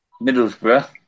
Middlesbrough